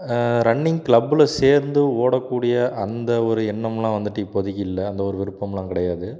running க்ளப்பில் சேர்ந்து ஓடக் கூடிய அந்த ஒரு எண்ணம்லாம் வந்துட்டு இப்போதைக்கி இல்லை அந்த ஒரு விருப்பம்லாம் கிடையாது